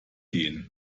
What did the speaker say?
gehen